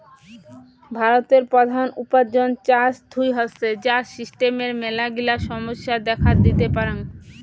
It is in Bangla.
ভারতের প্রধান উপার্জন চাষ থুই হসে, যার সিস্টেমের মেলাগিলা সমস্যা দেখাত দিতে পারাং